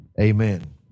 amen